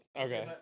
Okay